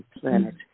planet